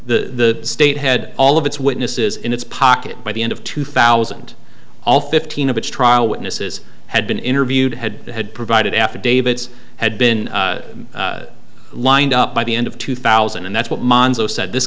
the state had all of its witnesses in its pocket by the end of two thousand all fifteen of its trial witnesses had been interviewed had had provided affidavits had been lined up by the end of two thousand and that's what manzo said this